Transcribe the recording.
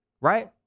right